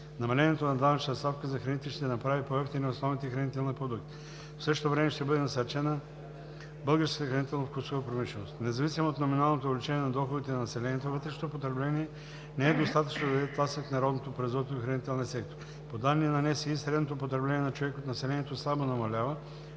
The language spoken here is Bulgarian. Намалението на данъчната ставка за храните ще направи по-евтини основните хранителни продукти. В същото време ще бъде насърчена българската хранително-вкусова промишленост. Независимо от номиналното увеличение на доходите на населението, вътрешното потребление не е достатъчно да даде тласък на родното производство в хранителния сектор. По данни на Националния статистически институт средното потребление на човек от населението слабо намалява